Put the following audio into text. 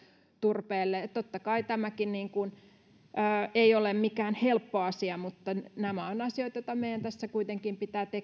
turpeelle totta kai tämäkään ei ole mikään helppo asia mutta nämä ovat asioita joita meidän tässä kuitenkin pitää